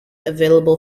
available